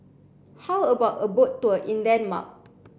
how about a boat tour in Denmark